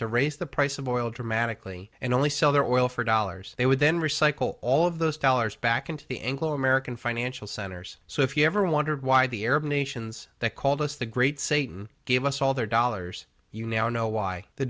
to raise the price of oil dramatically and only sell their oil for dollars they would then recycle all of those dollars back into the anglo american financial centers so if you ever wondered why the arab nations that called us the great satan gave us all their dollars you now know why the